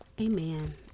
Amen